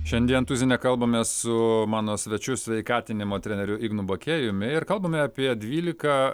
šiandien tuzine kalbamės su mano svečiu sveikatinimo treneriu ignu bakėjumi ir kalbame apie dvylika